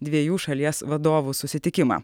dviejų šalies vadovų susitikimą